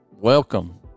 Welcome